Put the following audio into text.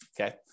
okay